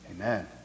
Amen